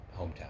hometown